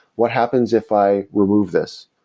what happens if i remove this?